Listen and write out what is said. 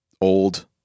old